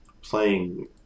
playing